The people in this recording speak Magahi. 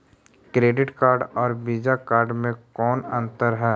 क्रेडिट कार्ड और वीसा कार्ड मे कौन अन्तर है?